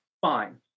fine